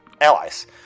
Allies